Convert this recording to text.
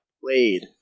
played